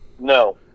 No